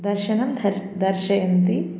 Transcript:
दर्शनं धर् दर्शयन्ति